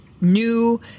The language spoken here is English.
new